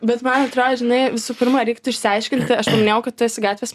bet man atrodo žinai visų pirma reiktų išsiaiškinti aš paminėjau kad tu esi gatvės